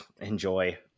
Enjoy